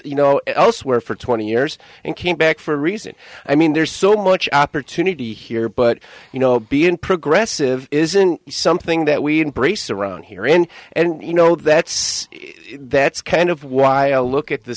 you know elsewhere for twenty years and came back for a reason i mean there's so much opportunity here but you know being progressive isn't something that we embrace around here in and you know that's that's kind of why i look at the